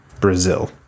Brazil